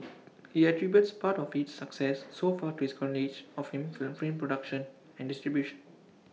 he attributes part of its success so far to his knowledge of him of film production and distribution